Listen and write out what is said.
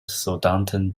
soldaten